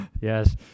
Yes